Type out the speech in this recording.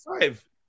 five